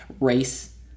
Race